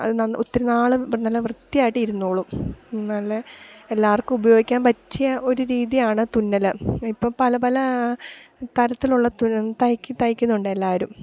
അത് ഒത്തിരിനാള് നല്ല വൃത്തിയായ്ട്ടിരുന്നോളും നല്ല എല്ലാർക്കുമുപയോഗിക്കാൻ പറ്റിയ ഒരു രീതിയാണ് തുന്നല് ഇപ്പോള് പല പല തരത്തിലുള്ള തുന്നൽ തയ്ക്ക്ന്നുണ്ടെല്ലാവരും